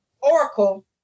Oracle